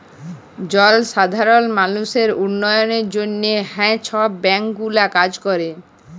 জলসাধারল মালুসের উল্ল্যয়লের জ্যনহে হাঁ ছব ব্যাংক গুলা কাজ ক্যরে